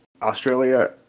Australia